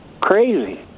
crazy